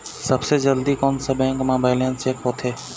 सबसे जल्दी कोन सा बैंक म बैलेंस चेक होथे?